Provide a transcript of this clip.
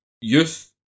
youth